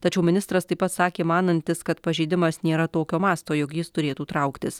tačiau ministras taip pat sakė manantis kad pažeidimas nėra tokio masto jog jis turėtų trauktis